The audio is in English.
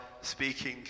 speaking